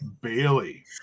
Bailey